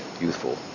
youthful